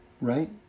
right